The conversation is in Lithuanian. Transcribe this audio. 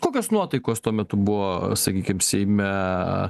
kokios nuotaikos tuo metu buvo sakykim seime